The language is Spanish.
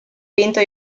pinto